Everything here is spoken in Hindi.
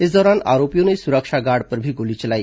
इस दौरान आरोपियों ने सुरक्षा गार्ड पर भी गोली चलाई